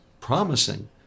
promising